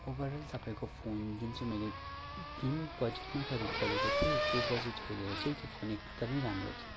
overall तपाईँको phone जुन चाहिँ मैले जुन बजेटमा खरिद गरेको थिएँ त्यो बजेट हेरेर चाहिँ त्यो फोन एकदमै राम्रो थियो